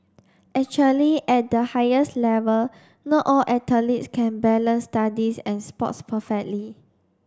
actually at the highest level not all athletes can balance studies and sports perfectly